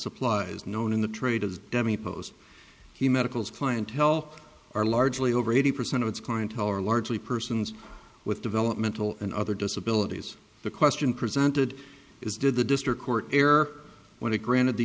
supplies known in the trade as demi post he medicals clientele are largely over eighty percent of its clientele are largely persons with developmental and other disabilities the question presented is did the district court err when it granted the